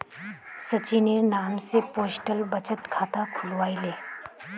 सचिनेर नाम स पोस्टल बचत खाता खुलवइ ले